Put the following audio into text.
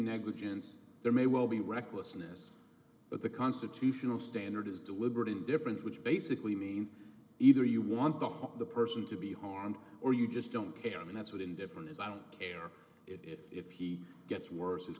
negligence there may well be recklessness but the constitutional standard is deliberate indifference which basically means either you want to hop the person to be harmed or you just don't care i mean that's what indifferent is i don't care if he gets worse